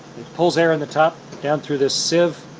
pulls air in the top, down through this sieve.